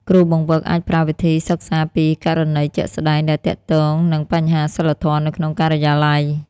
គ្រូបង្វឹកអាចប្រើវិធីសិក្សាពីករណីជាក់ស្តែងដែលទាក់ទងនឹងបញ្ហាសីលធម៌នៅក្នុងការិយាល័យ។